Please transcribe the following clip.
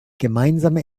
gemeinsame